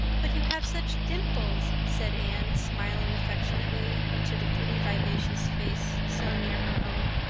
but you have such dimples, said anne, smiling affectionately into the pretty, vivacious face so near her own.